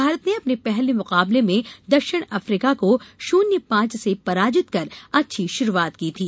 भारत ने अपने पहले मुकाबले में दक्षिण अफ्रीका को शुन्य पांच से पराजित कर अच्छी शुरूआत की थी